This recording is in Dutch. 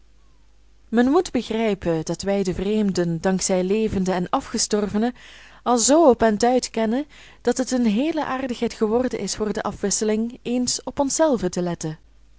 men moet begrijpen dat wij de vreemden dank zij levenden en afgestorvenen al zoo op end uit kennen dat het een heele aardigheid geworden is voor de afwisseling eens op onszelven te letten